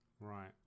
Right